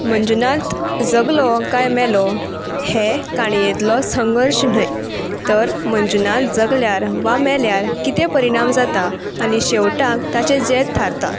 मंजुनाथ जगलो काय मेलो हें काणयेंतलो संघर्श न्हय तर मंजुनाथ जगल्यार वा मेल्यार कितें परिणाम जाता आनी शेवटाक ताचें जैत थारता